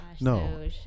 No